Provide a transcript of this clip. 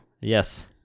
Yes